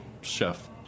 chef